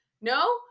No